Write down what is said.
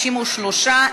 53,